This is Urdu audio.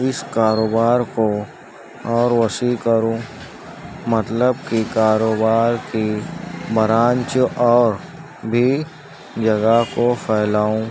اس کاروبار کو اور وسیع کروں مطلب کہ کاروبار کی برانچ اور بھی جگہ کو پھیلاؤں